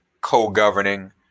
co-governing